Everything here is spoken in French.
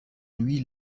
lui